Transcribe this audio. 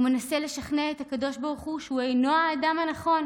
הוא מנסה לשכנע את הקדוש ברוך הוא שהוא אינו האדם הנכון,